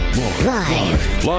Live